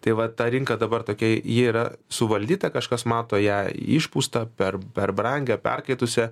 tai vat ta rinka dabar tokia ji yra suvaldyta kažkas mato ją išpūstą per per brangią perkaitusią